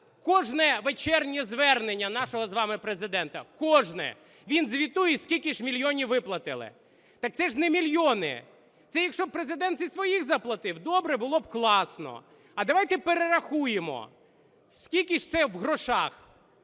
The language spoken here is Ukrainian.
кожне вечірнє звернення нашого з вами Президента, кожне, він звітує, скільки ж мільйонів виплатили. Так це ж не мільйони, це якщо Президент зі своїх заплатив, добре, було б класно, а давайте перерахуємо, скільки ж це в грошах.